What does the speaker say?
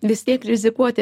vis tiek rizikuoti